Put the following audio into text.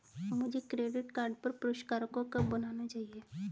मुझे credit card पर पुरस्कारों को कब भुनाना चाहिए?